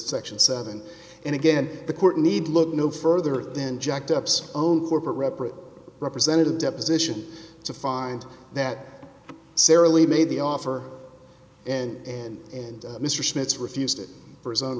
section seven and again the court need look no further than jacked up own corporate rep or representative deposition to find that sara lee made the offer and mr schmitz refused it for his own